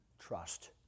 trust